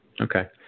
okay